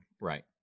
Right